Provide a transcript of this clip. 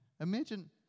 Imagine